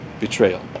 betrayal